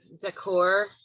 decor